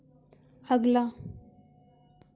अगला